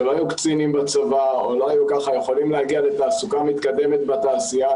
שלא היו קצינים בצבא יכולים להגיע לתעסוקה מתקדמת בתעשייה,